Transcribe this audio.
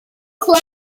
cloud